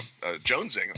jonesing